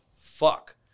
fuck